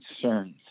concerns